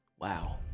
Wow